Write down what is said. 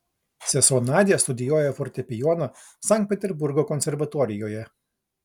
sesuo nadia studijuoja fortepijoną sankt peterburgo konservatorijoje